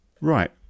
Right